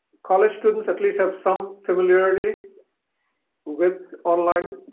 college students at least have some familiarity with online